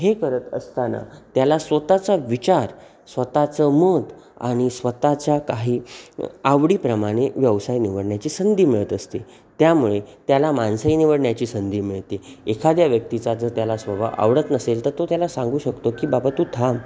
हे करत असताना त्याला स्वतःचा विचार स्वतःचं मत आणि स्वतःच्या काही आवडीप्रमाणे व्यवसाय निवडण्याची संधी मिळत असते त्यामुळे त्याला माणसंही निवडण्याची संधी मिळते एखाद्या व्यक्तीचा जर त्याला स्वभाव आवडत नसेल तर तो त्याला सांगू शकतो की बाबा तू थांब